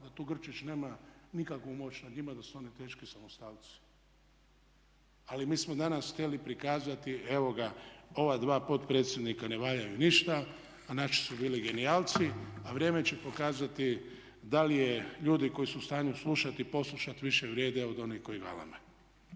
da tu Grčić nema nikakvu moć nad njima, da su oni teški samostalci. Ali mi smo danas htjeli prikazati evo ga ova dva potpredsjednika ne valjaju ništa, a naši su bili genijalci, a vrijeme će pokazati da li je su ljudi koji su u stanju slušati i poslušati više vrijede od onih koji galame?